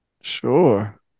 Sure